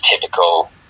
typical